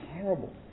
horrible